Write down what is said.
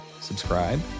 subscribe